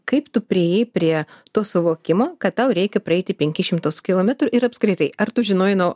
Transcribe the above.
kaip tu priėjai prie to suvokimo kad tau reikia praeiti penkis šimtus kilometrų ir apskritai ar tu žinojai nuo